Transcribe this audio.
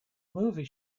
movie